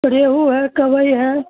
ریہو ہے کبئی ہے